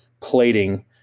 plating